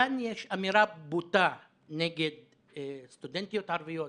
כאן יש אמירה בוטה נגד סטודנטיות ערביות,